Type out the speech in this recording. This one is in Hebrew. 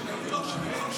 הם יקבלו,